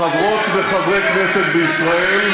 חברות וחברי כנסת בישראל,